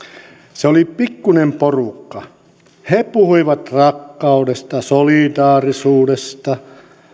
se oli pikkunen porukka he puhuivat rakkaudesta solidaarisuudesta